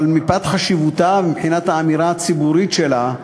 אבל מפאת חשיבותה ומבחינת האמירה הציבורית שלה,